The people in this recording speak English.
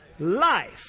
Life